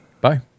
bye